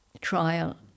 trial